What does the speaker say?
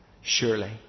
Surely